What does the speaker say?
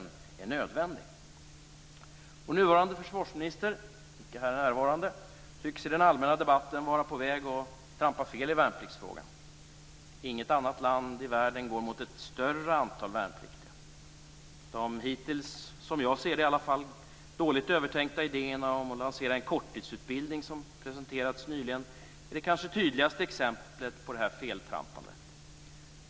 Nuvarande försvarsminister, som inte är närvarande här, tycks i den allmänna debatten vara på väg att trampa fel i värnpliktsfrågan. Inget annat land i världen går mot ett större antal värnpliktiga. De som jag ser det hittills dåligt övertänkta idéerna som nyligen presenterades om att lansera en korttidsutbildning är det kanske tydligaste exemplet på detta feltrampande.